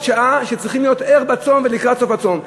שעה שצריכים להיות בה ערים בצום ולקראת סוף הצום.